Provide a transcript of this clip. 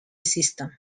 system